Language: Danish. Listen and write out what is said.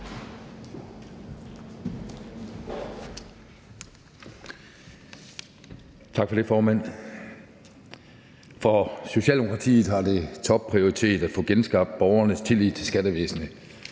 Tak for det, formand. For Socialdemokratiet har det topprioritet at få genskabt borgernes tillid til skattevæsenet